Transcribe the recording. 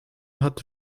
hat